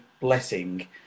blessing